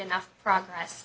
enough progress